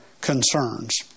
concerns